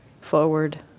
forward